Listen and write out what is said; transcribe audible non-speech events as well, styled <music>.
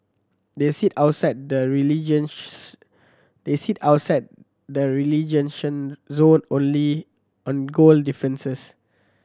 they sit outside the <unintelligible> they sit outside the <unintelligible> zone only on goal differences